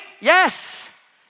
Yes